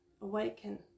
awaken